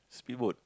speedboat